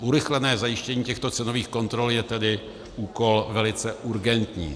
Urychlené zajištění těchto cenových kontrol je tedy úkol velice urgentní.